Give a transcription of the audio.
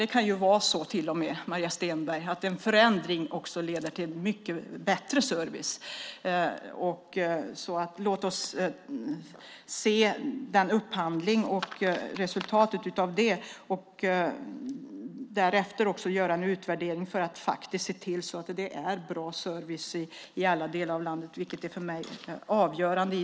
Det kan vara så till och med, Maria Stenberg, att en förändring också leder till mycket bättre service. Låt oss se resultatet av upphandlingen och därefter göra en utvärdering så att det blir en bra service i alla delar av landet. Det är för mig avgörande.